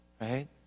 Right